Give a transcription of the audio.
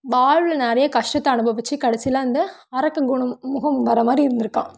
வாழ்வில் நிறைய கஷ்டத்தை அனுபவித்து கடைசியில் அந்த அரக்கன் குணம் முகம் வர மாதிரி இருந்திருக்கான்